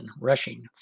rushing